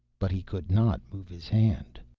but he could not move his hand.